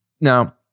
Now